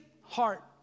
heart